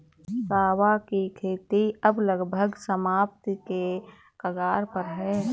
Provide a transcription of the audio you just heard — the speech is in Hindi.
सांवा की खेती अब लगभग समाप्ति के कगार पर है